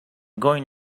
going